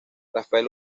rafael